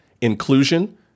Inclusion